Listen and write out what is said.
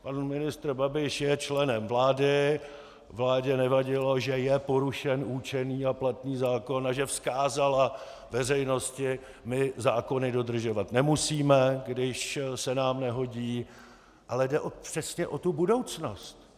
Pan ministr Babiš je členem vlády, vládě nevadilo, že je porušen určený a platný zákon a že vzkázala veřejnosti: my zákony dodržovat nemusíme, když se nám nehodí ale jde přesně o tu budoucnost.